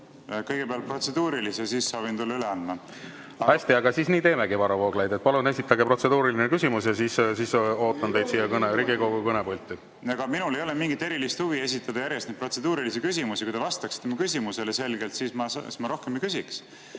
siis ootan teid siia Riigikogu kõnepulti. Hästi, aga siis nii teemegi. Varro Vooglaid, palun esitage protseduuriline küsimus ja siis ootan teid siia Riigikogu kõnepulti. Ega minul ei ole mingit erilist huvi esitada järjest neid protseduurilisi küsimusi. Kui te vastaksite mu küsimusele selgelt, siis ma rohkem ei küsiks.